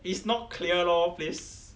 it's not clear lor please